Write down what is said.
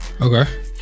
Okay